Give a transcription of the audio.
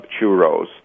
churros